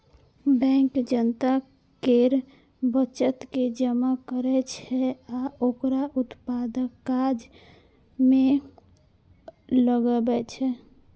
bank जनता केर बचत के जमा करै छै आ ओकरा उत्पादक काज मे लगबै छै